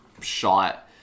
shot